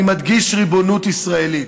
אני מדגיש: ריבונות ישראלית,